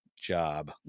job